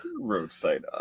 roadside